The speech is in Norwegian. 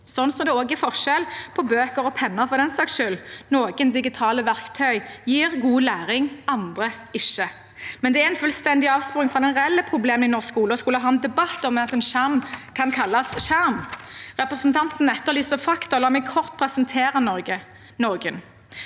saks skyld også er forskjell på bøker og penner. Noen digitale verktøy gir god læring, andre ikke. Men det er en fullstendig avsporing fra det reelle problemet i norsk skole å skulle ha en debatt om en skjerm kan kalles skjerm. Representanten etterlyser fakta. La meg kort presentere noen: Norge